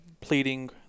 pleading